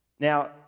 Now